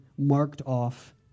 Marked-off